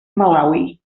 malawi